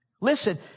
Listen